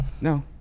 No